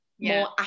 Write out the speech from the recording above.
more